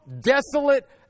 desolate